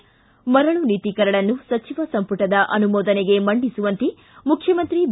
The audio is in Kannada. ಿ ಮರಳು ನೀತಿ ಕರಡನ್ನು ಸಚಿವ ಸಂಪುಟದ ಅನುಮೋದನೆಗೆ ಮಂಡಿಸುವಂತೆ ಮುಖ್ಯಮಂತ್ರಿ ಬಿ